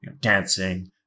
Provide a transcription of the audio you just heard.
dancing